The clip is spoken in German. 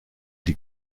die